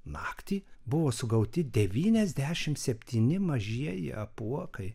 naktį buvo sugauti devyniasdešimt septyni mažieji apuokai